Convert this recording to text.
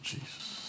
Jesus